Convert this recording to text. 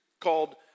called